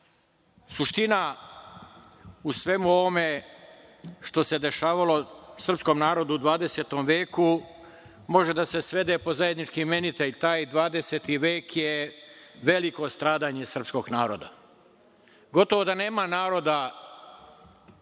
u svemu ovome što se dešavalo srpskom narodu u 20. veku može da se svede pod zajednički imenitelj. Taj 20. vek je veliko stradanje srpskog naroda. Gotovo da nema naroda